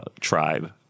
tribe